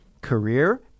career